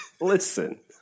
Listen